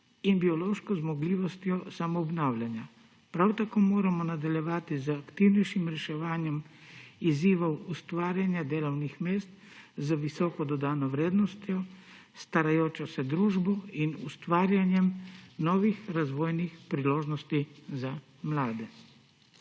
in biološko zmogljivostjo samoobnavljanja. Prav tako moramo nadaljevati z aktivnejšim reševanjem izzivov ustvarjanja delovnih mest z visoko dodano vrednostjo, starajoče se družbe in ustvarjanjem novih razvojnih priložnosti za mlade.